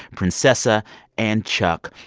princesa and chuck.